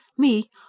me?